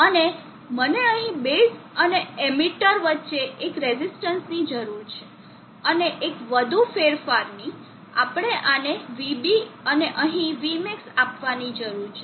અને મને અહીં બેઝ અને એમીટર વચ્ચે એક રેઝિસ્ટન્સની જરૂર છે અને એક વધુ ફેરફારની આપણે આને vB અને અહીં vmax આપવાની જરૂર છે